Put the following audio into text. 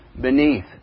beneath